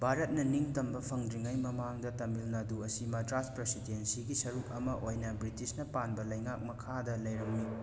ꯚꯥꯔꯠꯅ ꯅꯤꯡꯇꯝꯕ ꯐꯪꯗ꯭ꯔꯤꯉꯩ ꯃꯃꯥꯡꯗ ꯇꯥꯃꯤꯜ ꯅꯥꯗꯨ ꯑꯁꯤ ꯃꯗ꯭ꯔꯥꯁ ꯄ꯭ꯔꯁꯤꯗꯦꯟꯁꯤꯒꯤ ꯁꯔꯨꯛ ꯑꯃ ꯑꯣꯏꯅ ꯕ꯭ꯔꯤꯇꯤꯁꯅ ꯄꯥꯟꯕ ꯂꯩꯉꯥꯛ ꯃꯈꯥꯗ ꯂꯩꯔꯝꯃꯤ